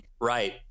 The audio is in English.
Right